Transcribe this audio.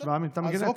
השוואה של מטען גנטי.